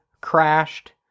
crashed